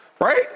right